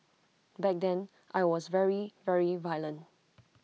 back then I was very very violent